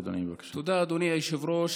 תודה, אדוני היושב-ראש.